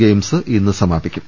games ഇന്ന് സമാപിക്കും